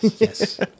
Yes